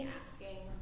asking